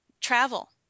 travel